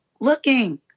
looking